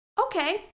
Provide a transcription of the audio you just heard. Okay